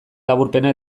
laburpena